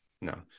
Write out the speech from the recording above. No